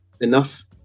enough